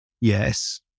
Yes